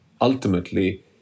ultimately